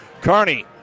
Carney